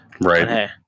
Right